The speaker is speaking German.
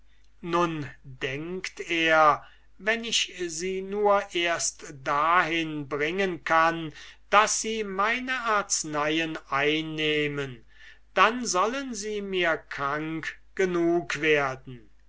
nun denkt er wenn ich sie nur erst dahin bringen kann daß sie meine arzeneien einnehmen dann sollen sie mir krank genug werden